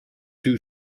two